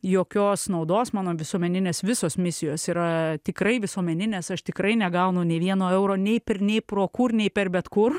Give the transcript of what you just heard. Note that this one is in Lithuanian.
jokios naudos mano visuomeninės visos misijos yra tikrai visuomeninės aš tikrai negaunu nei vieno euro nei per nei pro kur nei per bet kur